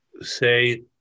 say